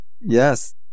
Yes